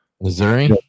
Missouri